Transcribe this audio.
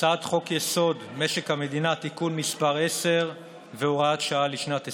הצעת חוק-יסוד: משק המדינה (תיקון מס' 10 והוראת שעה לשנת 2020)